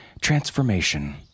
Transformation